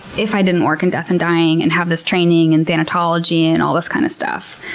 if i didn't work in death and dying and have this training in thanatology and all this kind of stuff.